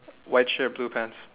white shirt blue pants